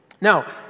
Now